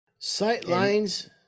Sightlines